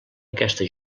aquesta